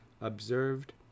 observed